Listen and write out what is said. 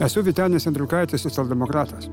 esu vytenis andriukaitis socialdemokratas